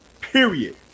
Period